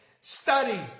study